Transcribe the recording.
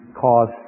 cause